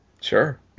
Sure